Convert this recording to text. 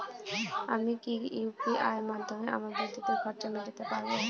আমি কি ইউ.পি.আই মাধ্যমে আমার বিদ্যুতের খরচা মেটাতে পারব?